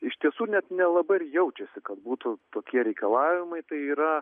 iš tiesų net nelabai ir jaučiasi kad būtų tokie reikalavimai tai yra